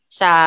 sa